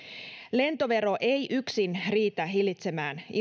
lentovero ei yksin riitä hillitsemään